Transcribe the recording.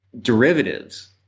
derivatives